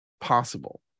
possible